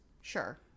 Sure